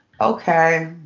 okay